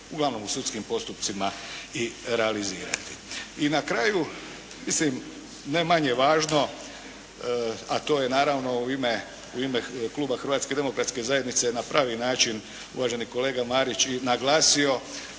uglavnom sudskim postupcima i realizirati. I na kraju, mislim ne manje važno, a to je naravno u ime kluba Hrvatske demokratske zajednice na pravi način uvaženi kolega Marić je naglasio,